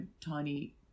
tiny